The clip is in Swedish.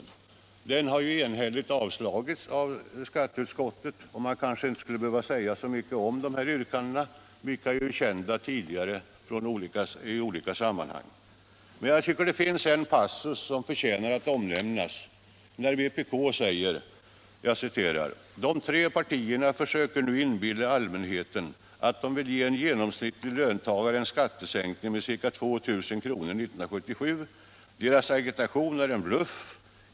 Den har enhälligt avstyrkts av skatteutskottet, och man skulle därför kanske inte behöva säga så mycket om dess yrkanden, vilka ju är kända tidigare från olika sammanhang. Men det finns en passus i vpk-motionen som jag tycker förtjänar att omnämnas. Vpk säger där: ”De tre partierna försöker nu inbilla allmänheten att de vill ge en genom snittlig löntagare en skattesänkning med 2000 kr. år 1977. Deras agitation är en bluff.